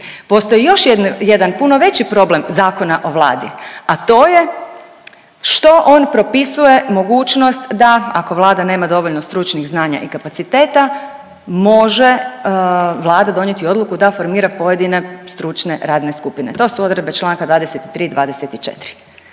Postoji još jedan puno veći problem Zakona o Vladi, a to je što on propisuje mogućnost da ako Vlada nema dovoljno stručnih znanja i kapaciteta, može Vlada donijeti odluku da formira pojedine stručne radne skupine. To su odredbe čl. 23.,